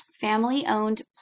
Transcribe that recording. family-owned